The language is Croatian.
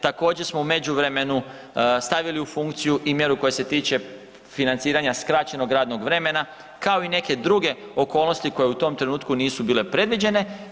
Također smo u međuvremenu stavili u funkciju i mjeru koja se tiče financiranja skraćenog radnog vremena, kao i neke druge okolnosti koje u tom trenutku nisu bile predviđene.